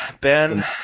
ben